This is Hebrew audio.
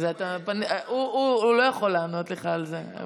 הוא לא יכול לענות לך על זה.